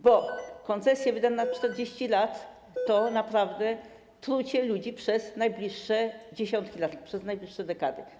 Bo koncesje wydane na 40 lat to naprawdę trucie ludzi przez najbliższe dziesiątki lat, przez najbliższe dekady.